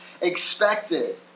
expected